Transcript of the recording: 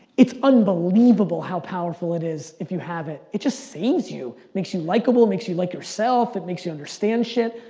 it's unbelievable how powerful it is if you have it. it just saves you. makes you likable, makes you like yourself. it makes you understand shit.